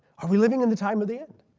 are we living in the time of the end?